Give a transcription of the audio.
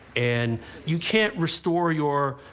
and you can't restore your,